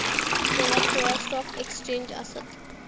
जगात सोळा stock exchange आसत